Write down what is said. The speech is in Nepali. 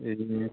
ए